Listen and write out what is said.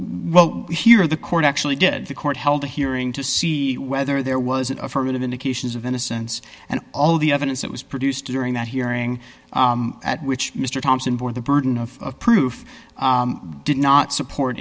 well here the court actually did the court held a hearing to see whether there was an affirmative indications of innocence and all of the evidence that was produced during that hearing at which mr thompson bore the burden of proof did not support